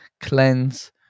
cleanse